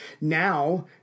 Now